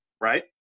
right